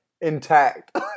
intact